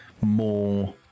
more